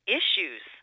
issues